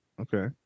Okay